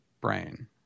brain